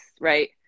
right